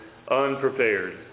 unprepared